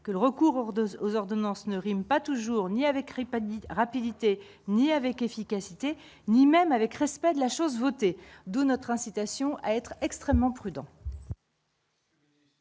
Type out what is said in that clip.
que le recours aux 2 aux ordonnances ne rime pas toujours nié avec rapidité ni avec efficacité, ni même avec respect de la chose, voter, d'où notre incitation à être extrêmement prudents.